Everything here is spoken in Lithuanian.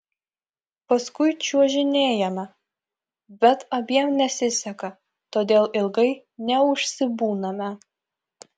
paskui čiuožinėjame bet abiem nesiseka todėl ilgai neužsibūname